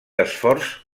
esforç